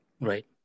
Right